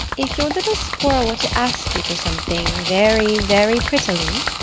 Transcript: if your little squirrel were to ask you for something very, very prettily?